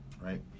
right